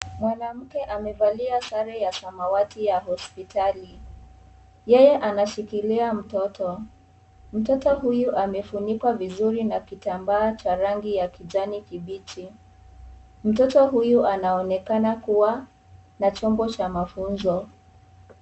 Mwanamke amevalia sare ya samawati ya hospitali, yeye anashikilia mtoto, huyu amefunikwa vizuri na kitambaa cha rangi ya kijani kibichi mtoto huyu anaonekana kuwa na chombo cha mafunzo.